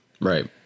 Right